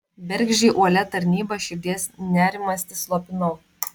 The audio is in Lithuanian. bergždžiai uolia tarnyba širdies nerimastį slopinau